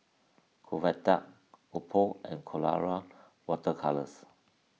Convatec Oppo and Colora Water Colours